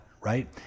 right